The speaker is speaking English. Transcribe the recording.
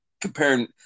comparing